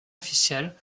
officielle